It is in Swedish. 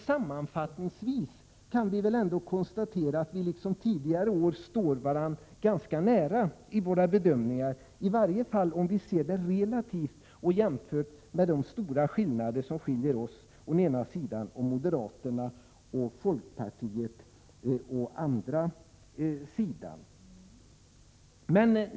Sammanfattningsvis kan vi väl ändå konstatera att vi liksom tidigare år står varandra ganska nära i våra bedömningar, i varje fall om vi ser det relativt och jämför med de stora skillnader som finns mellan oss å ena sidan och moderata samlingspartiet och folkpartiet å andra sidan.